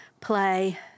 play